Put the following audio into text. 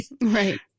Right